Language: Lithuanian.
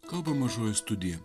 kalba mažoji studija